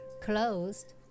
closed